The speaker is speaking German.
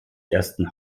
ersten